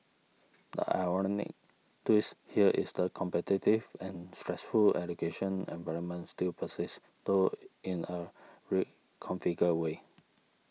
the ironic twist here is the competitive and stressful education environment still persists though in a reconfigured way